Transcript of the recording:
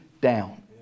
down